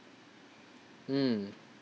mm